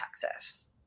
texas